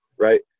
right